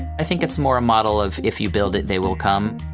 i think it's more a model of if you build it, they will come.